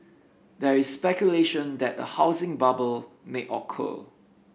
there is speculation that a housing bubble may occur